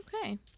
Okay